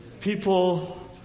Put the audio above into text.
People